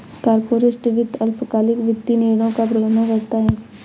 corporate वित्त अल्पकालिक वित्तीय निर्णयों का प्रबंधन करता है